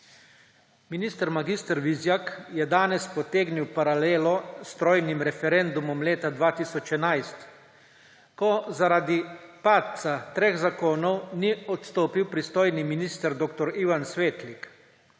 Minister mag. Vizjak je danes potegnil paralelo s trojnim referendumom leta 2011, ko zaradi padca treh zakonov ni odstopil pristojni minister dr. Ivan Svetlik.